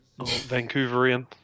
vancouverian